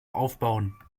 aufbauen